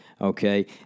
Okay